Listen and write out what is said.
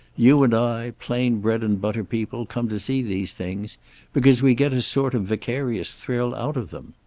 you and i, plain bread and butter people, come to see these things because we get a sort of vicarious thrill out of them.